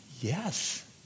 yes